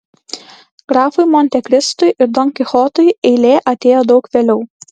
grafui montekristui ir don kichotui eilė atėjo daug vėliau